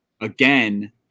again